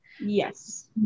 yes